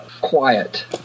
quiet